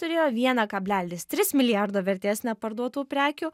turėjo vieną kablelis tris milijardo vertės neparduotų prekių